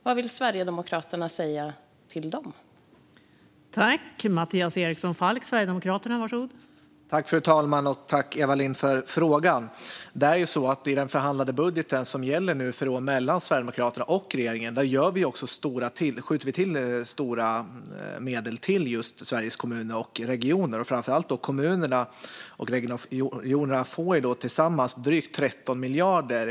Vad vill Sverigedemokraterna säga till dem?